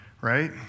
right